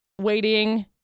waiting